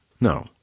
No